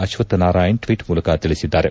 Ashwath Narayan tweet ಮೂಲಕ ತಿಳಿಸಿದ್ದಾರೆ